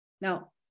Now